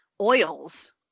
...oils